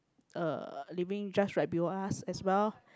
uh living just right below us as well